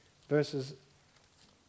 verses